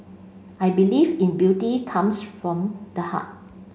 I believe in beauty comes from the heart